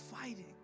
fighting